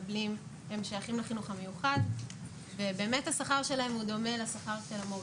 הם שייכים לחינוך המיוחד ובאמת השכר שלהם הוא דומה לשכר של המורים,